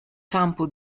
campo